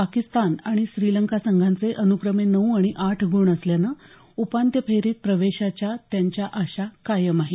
पाकिस्तान आणि श्रीलंका संघांचे अनुक्रमे नऊ आणि आठ गुण असल्यानं उपांत्य फेरीत प्रवेशाच्या त्यांच्या आशा कायम आहेत